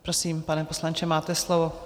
Prosím, pane poslanče, máte slovo.